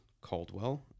Caldwell